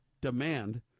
demand